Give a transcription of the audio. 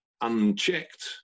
unchecked